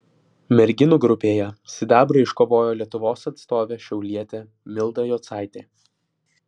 merginų grupėje sidabrą iškovojo lietuvos atstovė šiaulietė milda jocaitė